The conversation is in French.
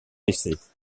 essais